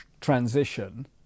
transition